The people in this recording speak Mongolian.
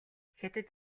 хятад